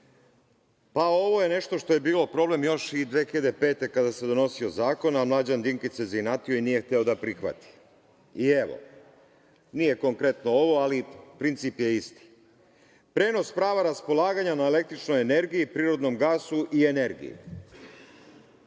Ovo je nešto što je bilo problem još i 2005. godine kada se donosio zakon, a Mlađan Dinkić se zainatio i nije hteo da prihvati. I evo, nije konkretno ovo, ali princip je isti - prenos prava raspolaganja na električnoj energiji, prirodnom gasu i energiji. Kada